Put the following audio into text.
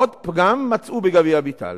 עוד פגם מצאו בגבי אביטל.